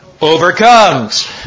Overcomes